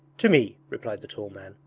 to me replied the tall man.